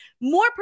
More